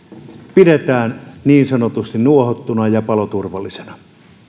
pidetään niin sanotusti nuohottuna ja paloturvallisena